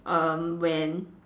um when